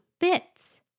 bits